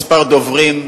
כמה דוברים,